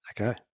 Okay